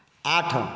ଆଠ